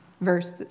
verse